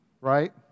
right